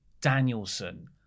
Danielson